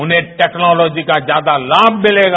उन्हें टेक्नोलोजी का ज्यादा लाभ मिलेगा